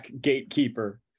Gatekeeper